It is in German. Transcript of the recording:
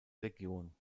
legion